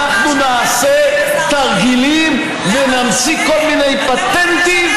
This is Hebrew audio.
אנחנו נעשה תרגילים ונמציא כל מיני פטנטים,